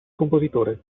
compositore